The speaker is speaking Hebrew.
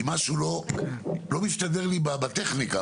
כי משהו לא מסתדר לי בטכניקה.